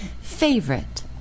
favorite